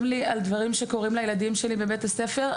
לי על דברים שקורים לילדים שלי בבית הספר,